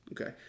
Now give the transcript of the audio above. Okay